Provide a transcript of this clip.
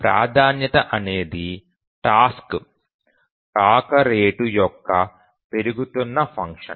ప్రాధాన్యత అనేది టాస్క్ రాక రేటు యొక్క పెరుగుతున్న ఫంక్షన్